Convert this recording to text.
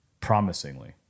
promisingly